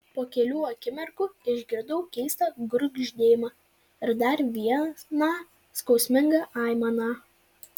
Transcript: po kelių akimirkų išgirdau keistą gurgždėjimą ir dar vieną skausmingą aimaną